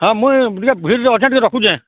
ହଁ ମୁଇଁ ଟିକେ ଭିଡ଼୍ରେ ଅଛେଁ ଟିକେ ରଖୁଛେଁ